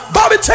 Bobby